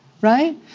right